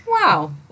wow